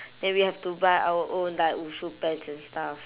then we have to buy our own like 武术 pants and stuff